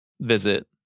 visit